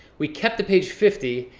we kept the page fifty,